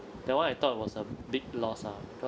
that [one] I thought was a big loss ah